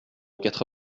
quatre